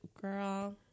Girl